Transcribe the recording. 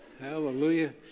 Hallelujah